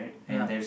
ya